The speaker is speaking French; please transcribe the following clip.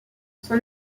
son